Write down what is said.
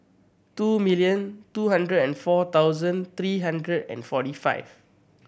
two million two hundred and four thousand three hundred and forty five